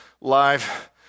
live